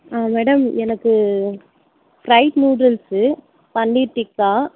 ஆ madam எனக்கு fried noodles paneer tikka